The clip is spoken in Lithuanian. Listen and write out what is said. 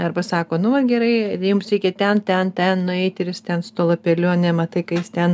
arba sako nu va gerai jums reikia ten ten ten nueiti ir jis ten su tuo lapeliu ane matai ka jis ten